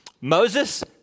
Moses